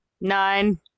Nine